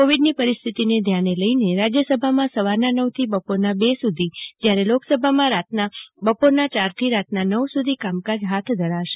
કોવિડની પરિસ્થિતી ધ્યાનમાં લઈને રાજ્યસભામાં સવારનાં નવથી બપોરનાં બે સુધી જ્યારે લોકસભામાં બપોરનાં ચારથી રાતનાં નવ સુધી કામકાજ હાથ ધરાશે